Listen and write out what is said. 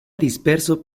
disperso